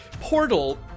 portal